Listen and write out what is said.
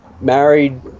Married